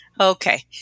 Okay